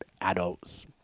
adults